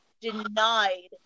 denied